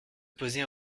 poser